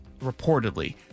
reportedly